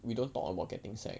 we don't talk about getting sacked